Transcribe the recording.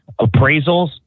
Appraisals